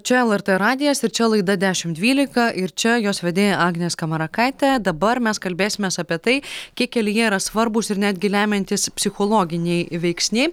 čia lrt radijas ir čia laida dešimt dvylika ir čia jos vedėja agnė skamarakaitė dabar mes kalbėsimės apie tai kiek kelyje yra svarbūs ir netgi lemiantys psichologiniai veiksniai